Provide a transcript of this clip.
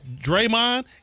Draymond